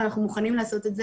אבל אנחנו מוכנים לעשות את זה,